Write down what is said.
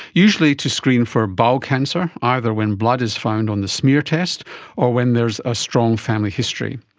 usually to screen for bowel cancer, either when blood is found on the smear test or when there is a strong family history.